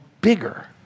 bigger